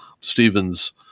Stephen's